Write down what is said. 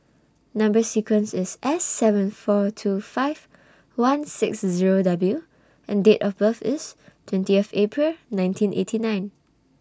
Number sequence IS S seven four two five one six Zero W and Date of birth IS twentieth April nineteen eighty nine